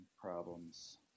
Problems